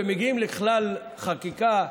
והם מגיעים לכלל חקיקה,